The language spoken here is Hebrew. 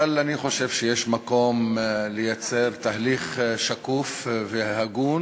אבל אני חושב שיש מקום לייצר תהליך שקוף והגון